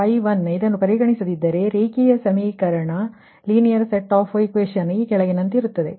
𝛹1ಇದನ್ನು ಪರಿಗಣಿಸದಿದ್ದರೆ ರೇಖೀಯ ಸಮೀಕರಣ ಈ ಕೆಳಗಿನಂತಿರುತ್ತದೆ